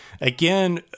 Again